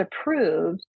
approved